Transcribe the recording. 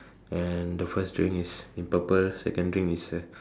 and the first drink is in purple second drink is a